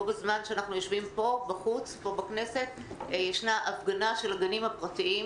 בו בזמן שאנחנו יושבים פה בכנסת ישנה הפגנה של הגנים הפרטיים.